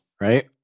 right